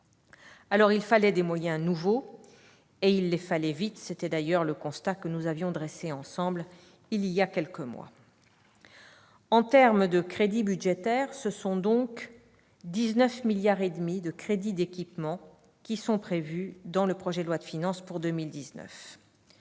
Alors, il fallait des moyens nouveaux, et il les fallait vite. C'était d'ailleurs le constat que nous avions dressé ensemble voilà quelques mois. En termes de masse budgétaire, ce sont 19,5 milliards de crédits d'équipements qui sont prévus dans le PLF 2019. Je ne vais pas me